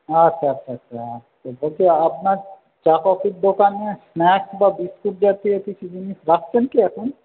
হ্যাঁ আচ্ছা আচ্ছা আচ্ছা তো বলছি আপনার চা কফির দোকানে স্ন্যাক্স বা বিস্কুট জাতীয় কিছু জিনিস রাখছেন কি এখন